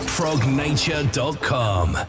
Frognature.com